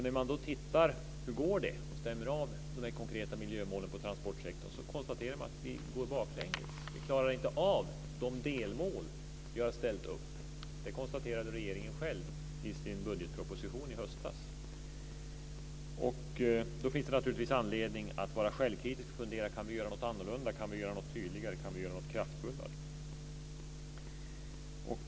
När man då stämmer av de konkreta miljömålen för transportsektorn och tittar hur det går kan man konstatera att vi går baklänges. Vi klarar inte av de delmål vi har ställt upp. Det konstaterade regeringen själv i sin budgetproposition i höstas. Då finns det naturligtvis anledning att vara självkritisk och fundera om vi kan göra något annorlunda, något tydligare och något kraftfullare.